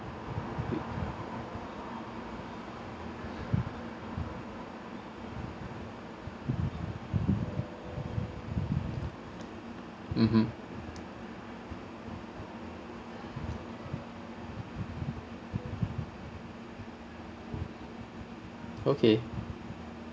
mmhmm okay